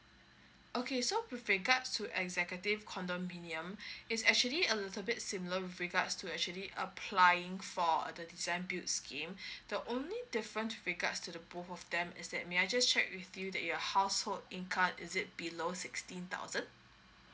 okay so with regards to executive condominium it's actually a little bit similar with regards to actually applying for a the design build scheme the only difference regards to the both of them is that may I just check with you that your household income is it below sixteen thousand